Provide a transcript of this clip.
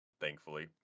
thankfully